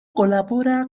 colabora